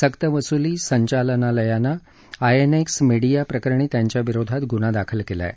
सक्तवसुली संचालनालयानं INX media प्रकरणी त्यांच्याविरोधात गुन्हा दाखल केला आहे